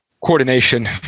coordination